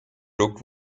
looked